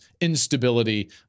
instability